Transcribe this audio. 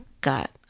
got